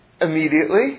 immediately